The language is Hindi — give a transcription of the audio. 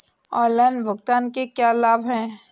ऑनलाइन भुगतान के क्या लाभ हैं?